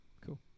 Cool